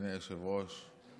הנושא של סגירת ספר בראשית